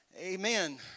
Amen